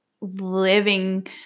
living